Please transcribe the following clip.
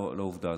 לא עובדה,